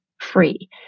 free